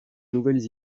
nouvelles